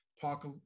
talk